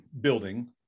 building